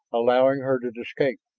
allowing her to escape.